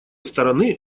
стороны